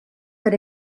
per